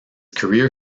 career